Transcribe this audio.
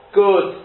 good